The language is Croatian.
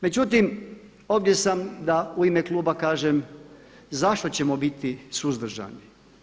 Međutim ovdje sam da u ime kluba kažem zašto ćemo biti suzdržani.